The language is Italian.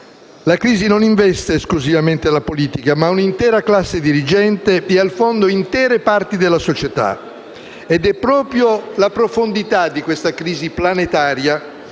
la crisi non investe esclusivamente la politica, ma un'intera classe dirigente, e più al fondo intere parti della società. Ed è proprio la profondità di questa crisi planetaria,